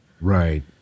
Right